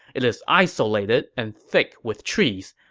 it is isolated and thick with trees.